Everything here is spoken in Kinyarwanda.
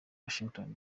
washington